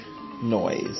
noise